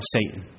Satan